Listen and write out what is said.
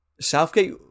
Southgate